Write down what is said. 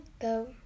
go